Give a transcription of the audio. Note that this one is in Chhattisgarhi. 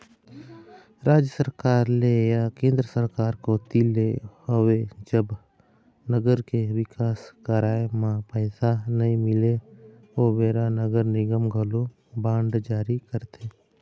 राज सरकार ले या केंद्र सरकार कोती ले होवय जब नगर के बिकास करे म पइसा नइ मिलय ओ बेरा नगर निगम घलोक बांड जारी करथे